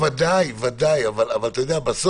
ודאי, ודאי, אבל יגידו לו: